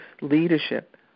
leadership